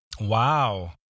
Wow